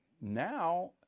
now